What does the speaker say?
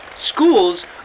Schools